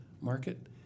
market